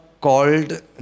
called